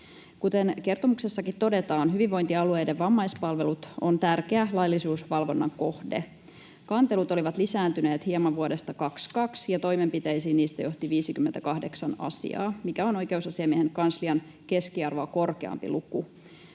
Kuten kertomuksessakin todetaan, hyvinvointialueiden vammaispalvelut on tärkeä laillisuusvalvonnan kohde. Kantelut olivat lisääntyneet hieman vuodesta 22, ja toimenpiteisiin niistä johti 58 asiaa, mikä on oikeusasiamiehen kanslian keskiarvoa korkeampi luku.